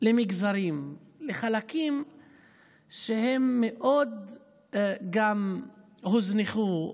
למגזרים ולחלקים שמאוד הוזנחו,